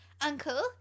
uncle